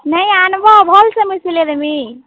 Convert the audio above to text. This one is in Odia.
ନାଇଁ ଆନ୍ବ ଭଲ୍ସେ ମୁଇଁ ସିଲେଇ ଦେମି